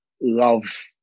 love